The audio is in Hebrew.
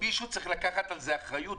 מישהו צריך לקחת על זה אחריות.